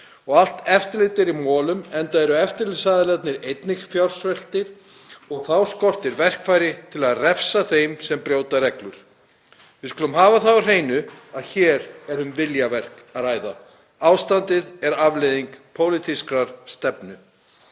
og allt eftirlit er í molum, enda eru eftirlitsaðilarnir einnig fjársveltir og þá skortir verkfæri til að refsa þeim sem brjóta reglur. Við skulum hafa það á hreinu að hér er um viljaverk að ræða. Ástandið er afleiðing pólitískrar stefnu.